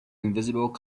invisible